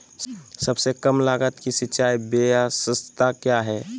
सबसे कम लगत की सिंचाई ब्यास्ता क्या है?